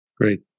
Great